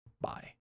Bye